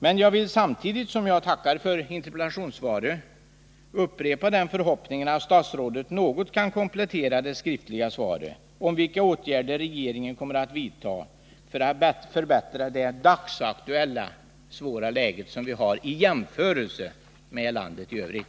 Men jag vill samtidigt som jag tackar för interpellationssvaret också upprepa förhopp att förbättra sysselsättningsläget i Värmlands län ningen att statsrådet något vill komplettera sitt först lämnade svar med ett besked om vilka åtgärder regeringen kommer att vidta för att förbättra det dagsaktuella läget, som är så svårt i jämförelse med vad som gäller för landet i övrigt.